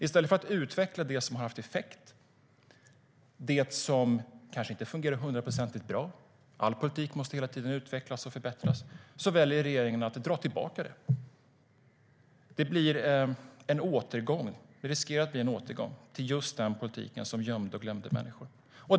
I stället för att utveckla det som haft effekt men som kanske inte fungerat hundraprocentigt bra - all politik måste hela tiden utvecklas och förbättras - väljer regeringen att dra tillbaka det. Det riskerar att bli en återgång till just den politik som gömde och glömde människor.